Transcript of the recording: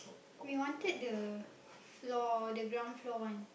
we wanted the floor the ground floor one